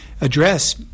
address